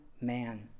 man